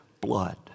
blood